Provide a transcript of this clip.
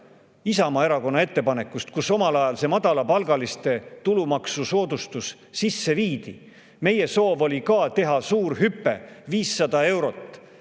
Isamaa Erakonna ettepanekust, millega omal ajal see madalapalgaliste tulumaksusoodustus sisse viidi. Meie soov oli ka teha suur hüpe, 500 eurot